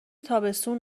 تابستون